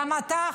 גם אתה,